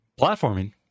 platforming